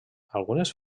algunes